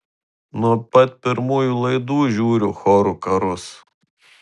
nuo pat pirmųjų laidų žiūriu chorų karus